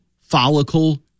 follicle